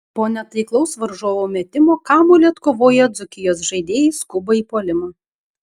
po netaiklaus varžovų metimo kamuolį atkovoję dzūkijos žaidėjai skuba į puolimą